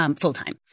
full-time